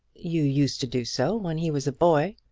you used to do so, when he was a boy.